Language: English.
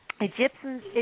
Egyptians